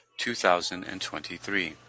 2023